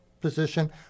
position